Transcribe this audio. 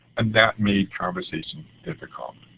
and that make conversations difficult.